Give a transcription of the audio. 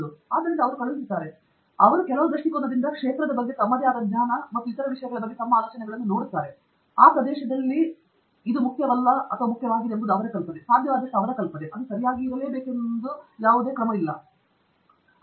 ಆದ್ದರಿಂದ ಅವರು ಕಳುಹಿಸುತ್ತಾರೆ ಅವರು ಕೆಲವು ದೃಷ್ಟಿಕೋನದಿಂದ ಕ್ಷೇತ್ರದ ಬಗ್ಗೆ ತಮ್ಮದೇ ಆದ ಜ್ಞಾನ ಮತ್ತು ಇತರ ವಿಷಯಗಳ ಬಗ್ಗೆ ತಮ್ಮ ಆಲೋಚನೆಗಳನ್ನು ನೋಡುತ್ತಾರೆ ಆ ಪ್ರದೇಶದಲ್ಲಿನ ಮುಖ್ಯವಾದದ್ದು ಮತ್ತು ಮುಖ್ಯವಲ್ಲವೆಂಬುದು ಅವರ ಕಲ್ಪನೆ ಸಾಧ್ಯವಾದಷ್ಟು ಅವರ ಕಲ್ಪನೆ ಸಾಧ್ಯವಾಗಿಲ್ಲ ಇತ್ಯಾದಿ